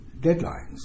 deadlines